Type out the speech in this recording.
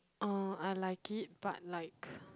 uh I like it but like